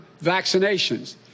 vaccinations